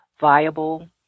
viable